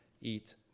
eat